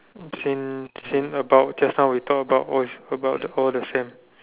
as in as in about just now we talk about was about all the same